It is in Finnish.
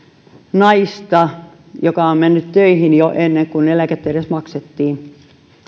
naista joka on mennyt töihin jo ennen kuin eläkettä edes maksettiin